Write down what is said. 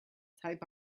type